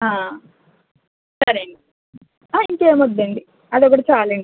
ఆ సరే అండి ఇంకేం వద్దండి అది ఒక్కటి చాలండి